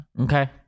Okay